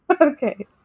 Okay